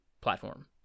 platform